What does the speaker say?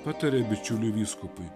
patarė bičiuliui vyskupui